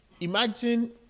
imagine